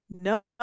no